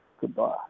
Goodbye